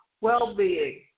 well-being